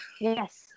Yes